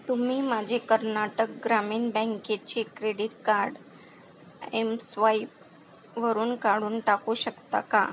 तुम्ही माझे कर्नाटक ग्रामीण बँकेचे क्रेडीट कार्ड एमस्वाईपवरून काढून टाकू शकता का